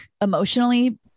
emotionally